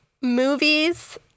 movies